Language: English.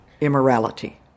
immorality